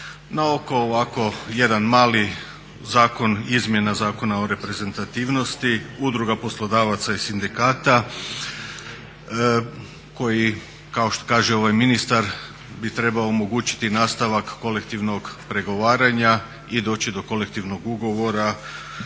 Naoko ovako jedan mali zakon, izmjena Zakona o reprezentativnosti, Udruga poslodavaca i sindikata koji kao što kaže ovaj ministar bi trebao omogućiti nastavak kolektivnog pregovaranja i doći do kolektivnog ugovora